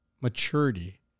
maturity